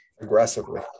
Aggressively